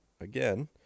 again